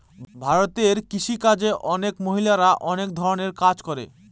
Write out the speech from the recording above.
ভারতে কৃষি কাজে অনেক মহিলারা অনেক ধরনের কাজ করে